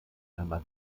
einmal